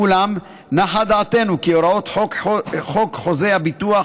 אולם נחה דעתנו כי הוראות חוק חוזה הביטוח,